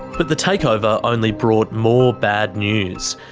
but the takeover only brought more bad news.